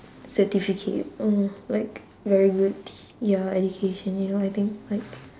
certificate or like very good ya education you know I think like